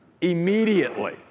immediately